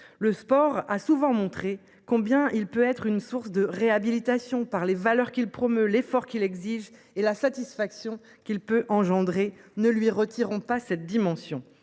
le sport a souvent montré combien il peut être une source de réhabilitation par les valeurs qu'il promeut l'effort qui l'exige et la satisfaction qu'il peut engendrer ne lui retirons pas cette dimension